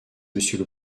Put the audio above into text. monsieur